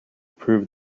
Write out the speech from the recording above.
prove